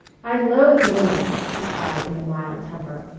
i loathe women, she cried in a mild temper.